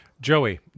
Joey